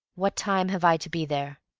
what time have i to be there?